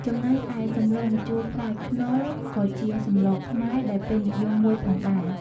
ចំណេកឯសម្លម្ជូរផ្លែខ្នុរ ក៏ជាសម្លខ្មែរ ដែលពេញនិយមមួយផងដែរ។